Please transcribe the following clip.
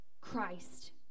Christ